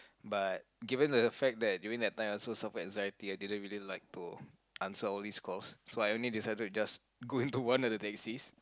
but given the fact that during that time I also suffered anxiety I didn't like to answer all these calls so I only decided to just go into one of the taxis